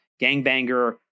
gangbanger